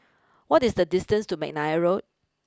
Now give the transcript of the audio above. what is the distance to McNair Road